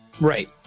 Right